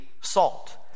salt